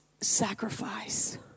sacrifice